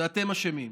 זה אתם אשמים.